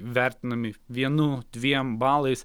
vertinami vienu dviem balais